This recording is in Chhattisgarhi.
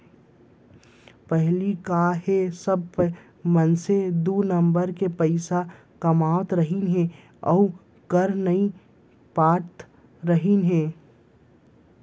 पहिली का हे सब मनसे दू नंबर के पइसा कमावत रहिन हे अउ कर नइ पटात रहिन